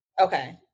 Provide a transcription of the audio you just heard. Okay